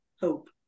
hope